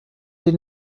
den